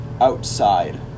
Outside